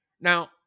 Now